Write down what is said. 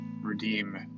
redeem